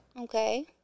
Okay